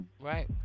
Right